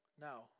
Now